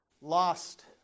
lost